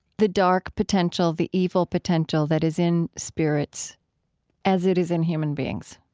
the dark potential, the evil potential that is in spirits as it is in human beings,